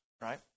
right